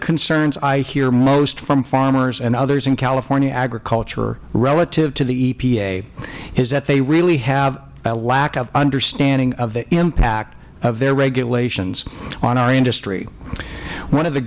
concerns i hear most from farmers and others in california agriculture relative to the epa is that they really have a lack of understanding of the impact of their regulations on our industry one of the